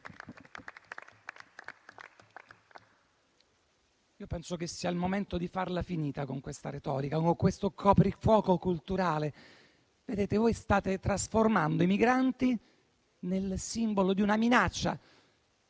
Penso che sia il momento di farla finita con questa retorica e con questo coprifuoco culturale. State trasformando i migranti nel simbolo di una minaccia.